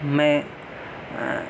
میں